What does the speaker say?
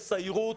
תסיירו,